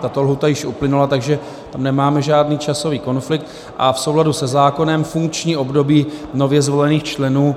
Tato lhůta již uplynula, takže tam nemáme žádný časový konflikt a v souladu se zákonem funkční období nově zvolených členů